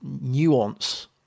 nuance